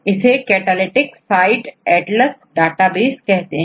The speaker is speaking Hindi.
इन्होंने डेटाबेस डिवेलप किया है जिसे कैटालिटिक साइट एटलस कहते हैं